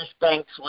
Banks